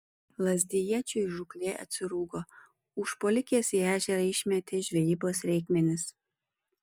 lazdijiečiui žūklė atsirūgo užpuolikės į ežerą išmetė žvejybos reikmenis